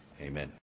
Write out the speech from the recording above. Amen